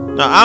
Now